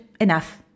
enough